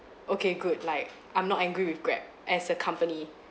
okay good like I'm not angry with grab as a company